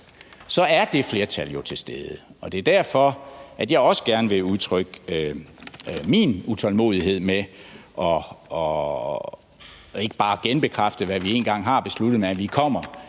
er det flertal jo til stede, og det er derfor, at jeg også gerne vil udtrykke min utålmodighed med ikke bare at genbekræfte, hvad vi en gang har besluttet, men at vi kommer